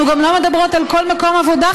אנחנו גם לא מדברות על כל מקום עבודה,